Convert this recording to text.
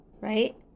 right